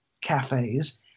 cafes